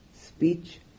speech